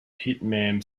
pittman